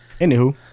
Anywho